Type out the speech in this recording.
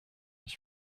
his